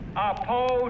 oppose